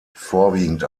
vorwiegend